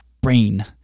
brain